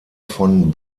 von